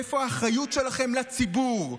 איפה האחריות שלכם לציבור?